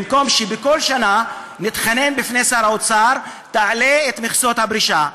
במקום שבכל שנה נתחנן בפני שר האוצר: תעלה את מכסות הפרישה?